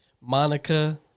Monica